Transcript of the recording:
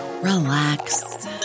relax